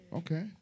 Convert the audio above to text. okay